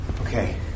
Okay